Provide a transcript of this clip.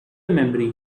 memory